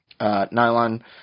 nylon